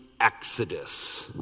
exodus